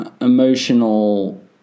emotional